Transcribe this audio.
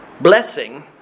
blessing